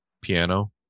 piano